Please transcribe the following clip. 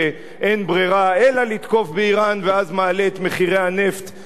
אלא לתקוף באירן ואז מעלה את מחירי הנפט בכל העולם,